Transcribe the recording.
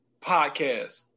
podcast